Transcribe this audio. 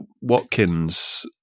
Watkins